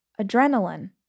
adrenaline